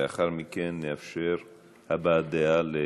לאחר מכן נאפשר הבעת דעה